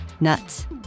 nuts